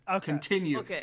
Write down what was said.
continue